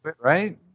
right